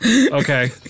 Okay